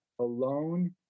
alone